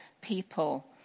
people